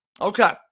Okay